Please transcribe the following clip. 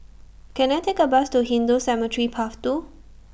Can I Take A Bus to Hindu Cemetery Path two